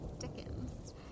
Dickens